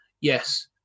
yes